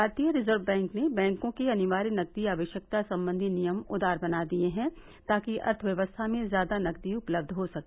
भारतीय reserve bank ने बैंकों के अनिवार्य नकदी आवश्यकता संबंधी नियम उदार बना दिए हैं ताकि अर्थव्यवस्था में ज्यादा नकदी उपलब्ध हो सके